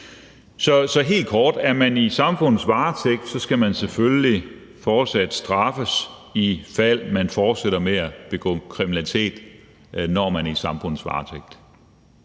Så helt kort: Når man er i samfundets varetægt, skal man selvfølgelig fortsat straffes, ifald man fortsætter med at begå kriminalitet. Det er derfor, vi foreslår,